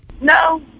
No